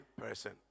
person